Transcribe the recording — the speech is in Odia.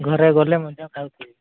ଘରେ ଗଲେ ମଧ୍ୟ ଖାଉଥିବି